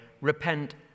repent